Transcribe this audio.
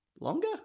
Longer